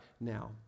now